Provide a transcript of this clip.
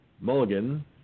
Mulligan